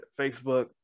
Facebook